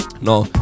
No